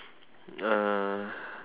uh